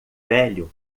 velho